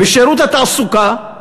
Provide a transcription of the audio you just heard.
בשירות התעסוקה,